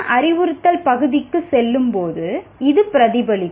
உண்மையான அறிவுறுத்தல் பகுதிக்குச் செல்லும்போது இது பிரதிபலிக்கும்